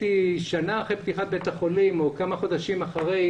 שנה אחרי פתיחת בית החולים או כמה חודשים אחרי,